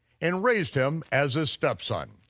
and raised him as his step-son.